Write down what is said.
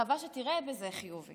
אני מקווה שתראה בזה חיוב.